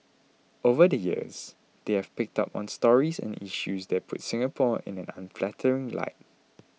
over the years they have picked up on stories and issues that puts Singapore in an unflattering light